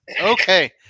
Okay